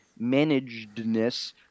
managedness